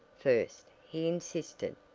first, he insisted.